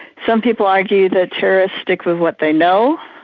some people argue that terrorists stick with what they know,